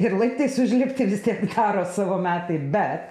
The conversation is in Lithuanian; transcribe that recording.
ir laiptais užlipti vis tiek daro savo metai bet